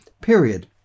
period